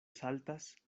saltas